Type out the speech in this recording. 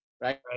right